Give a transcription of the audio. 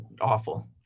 awful